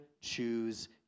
choose